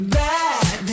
bad